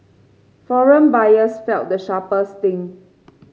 foreign buyers felt the sharpest sting